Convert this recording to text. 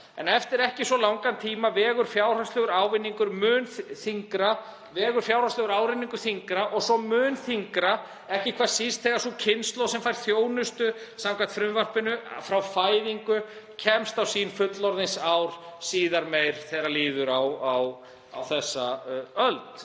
En eftir ekki svo langan tíma vegur fjárhagslegur ávinningur þyngra og svo mun þyngra, ekki hvað síst þegar sú kynslóð sem fær þjónustu samkvæmt frumvarpinu frá fæðingu kemst á fullorðinsár síðar meir þegar líður á þessa öld.